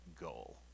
goal